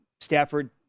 Stafford